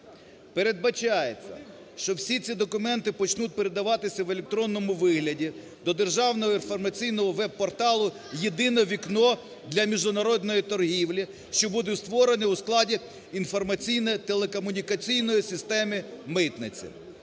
Передбачається, що всі ці документи почнуть передаватися в електронному вигляді до державного інформаційного веб-порталу "єдине вікно" для міжнародної торгівлі, що будуть створені у складі інформаційно-телекомунікаційної системи митниці.